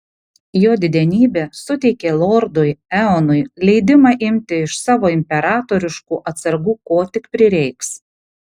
jo didenybė suteikė lordui eonui leidimą imti iš savo imperatoriškų atsargų ko tik prireiks